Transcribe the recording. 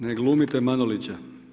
Ne glumite Manolića.